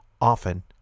often